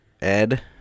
Ed